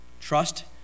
trust